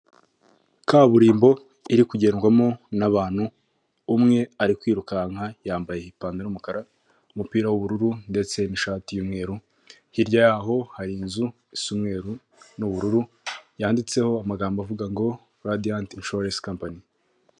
Kaburimbo iri kugendwamo n'abantu umwe ari kwirukanka yambaye ipantaro y'umukara, umupira w'ubururu, ndetse n'ishati y'umweru hirya y'aho hari inzu isa umweru n'ubururu yanditseho amagambo avuga ngo ladiyanti inshuwarensi kampani.